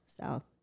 South